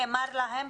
נאמר להם,